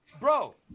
Bro